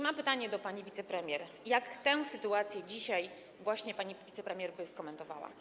Mam pytanie do pani wicepremier: Jak tę sytuację dzisiaj właśnie pani wicepremier by skomentowała?